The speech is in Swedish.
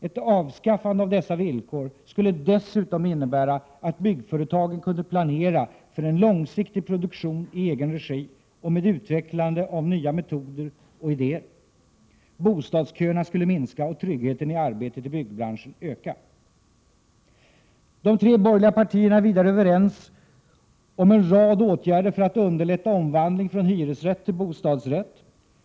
Ett avskaffande av dessa villkor skulle dessutom innebära att byggföretagen kunde planera för en långsiktig produktion i egen regi och med utvecklande av nya metoder och idéer. Bostadsköerna skulle minska och tryggheten i arbetet i byggbranschen skulle öka. De tre borgerliga partierna är vidare överens om en rad åtgärder för att underlätta omvandling från hyresrätt till bostadsrätt.